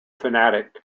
fanatic